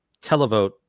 televote